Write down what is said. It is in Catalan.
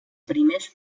primers